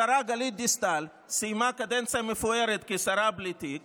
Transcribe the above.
השרה גלית דיסטל סיימה קדנציה מפוארת כשרה בלי תיק